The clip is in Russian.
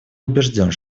убежден